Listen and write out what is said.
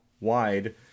wide